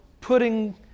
putting